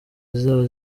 zizaba